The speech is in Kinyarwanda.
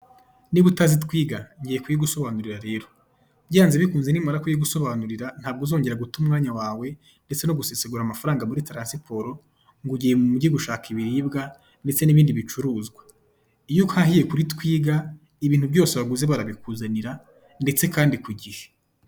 Nita utazi twiga, ngiye kuyigusobanurira rero, byanze bikunze nimbara kuyigusobanurira ntabwo uzongera guta umwanya wawe ndetse no gusesagura amafaranga muri taransiporo ngo ugiye mu mugi gushaka ibiribwa ndetse n'ibindi bicuruzwa, iyo uhahiye kuri twiga ibintu byose waguze barabikuzanira ndetse kandi ku gihe.